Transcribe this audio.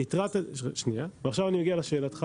בנוגע לשאלתך,